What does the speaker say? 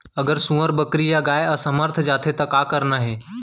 अगर सुअर, बकरी या गाय असमर्थ जाथे ता का करना हे?